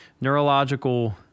neurological